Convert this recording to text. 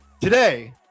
Today